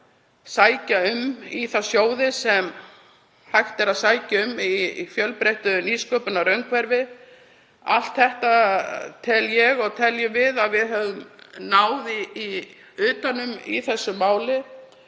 sækja um í þá sjóði sem hægt er að sækja um í fjölbreyttu nýsköpunarumhverfi. Allt þetta teljum við að við höfum náð utan um í þessu máli.